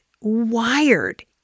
wired